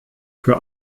für